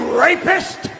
rapist